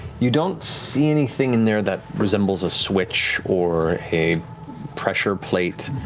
you don't see anything in there that resembles a switch or a pressure plate.